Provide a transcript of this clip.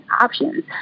options